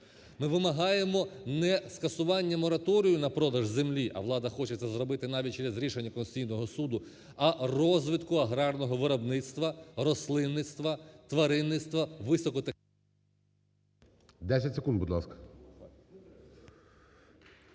Ми вимагаємо не скасування мораторію на продаж землі, а влада хоче зробити навіть через рішення Конституційного Суду, а розвитку аграрного виробництва, рослинництва, тваринництва, високо…